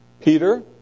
Peter